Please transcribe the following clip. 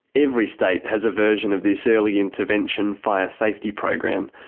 every state has a version of this early intervention fire safety program.